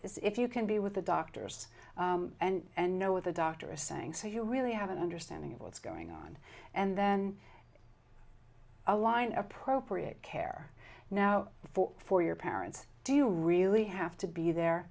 if you can be with the doctors and know what the doctor is saying so you really have an understanding of what's going on and then align appropriate care now before for your parents do you really have to be there